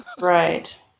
Right